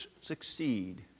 succeed